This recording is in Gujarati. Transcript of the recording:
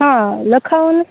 આ લખાવો ને